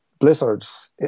blizzards